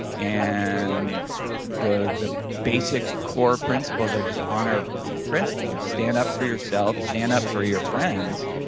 and the the basic core principles are just honor principles, stand up for yourself, stand up for your friends.